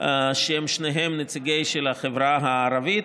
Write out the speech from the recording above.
הם שניהם נציגים של החברה הערבית.